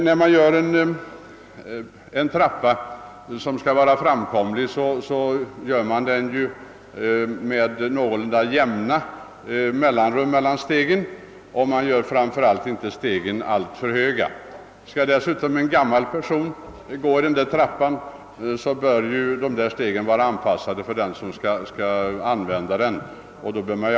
När man skall göra en trappa lägger man stegen med jämna mellanrum och gör dem dessutom inte alltför höga. Detta gäller särskilt om trappan är avsedd att användas av en gammal person.